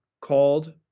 called